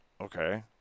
Okay